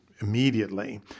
Immediately